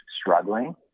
struggling